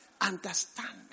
understanding